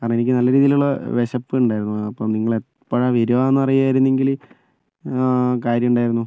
കാരണം എനിക്ക് നല്ല രീതിയിലുള്ള വിശപ്പ് ഉണ്ടായിരുന്നു അപ്പം നിങ്ങൾ എപ്പഴാണ് വരിക എന്ന് അറിയുകയായിരുന്നെങ്കില് കാര്യമുണ്ടായിരുന്നു